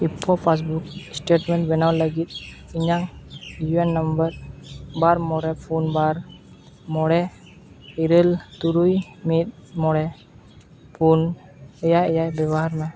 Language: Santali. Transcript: ᱤᱯᱯᱷᱳ ᱯᱟᱥᱵᱩᱠ ᱥᱴᱮᱴᱢᱮᱱᱴ ᱵᱮᱱᱟᱣ ᱞᱟᱹᱜᱤᱫ ᱤᱧᱟᱹᱜ ᱤᱭᱩ ᱮᱹ ᱮᱹᱱ ᱱᱟᱢᱵᱟᱨ ᱵᱟᱨ ᱢᱚᱬᱮ ᱯᱩᱱ ᱵᱟᱨ ᱢᱚᱬᱮ ᱤᱨᱟᱹᱞ ᱛᱩᱨᱩᱭ ᱢᱤᱫ ᱢᱚᱬᱮ ᱯᱩᱱ ᱮᱭᱟᱭ ᱮᱭᱟᱭ ᱵᱮᱵᱚᱦᱟᱨ ᱢᱮ